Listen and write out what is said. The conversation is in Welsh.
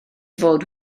fod